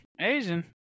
Asian